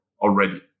already